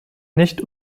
nicht